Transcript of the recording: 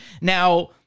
Now